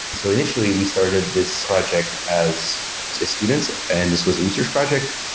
so initially, we started this project as students and this was a research project.